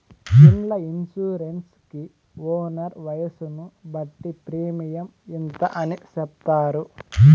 ఇండ్ల ఇన్సూరెన్స్ కి ఓనర్ వయసును బట్టి ప్రీమియం ఇంత అని చెప్తారు